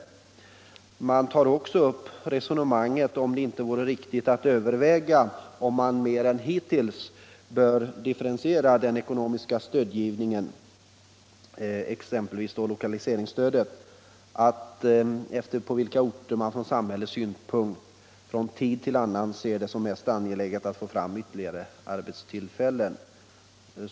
Utredningen tar också upp frågan om det inte vore riktigt att överväga att mer än hittills differentiera den ekonomiska stödgivningen — exempelvis lokaliseringsstödet — och undersöka på vilka orter man från samhällssynpunkt från tid till annan ser det som mest angeläget Nr 110 att få fram ytterligare arbetstillfällen.